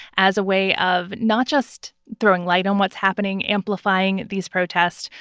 as a way of not just throwing light on what's happening, amplifying these protests,